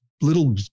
little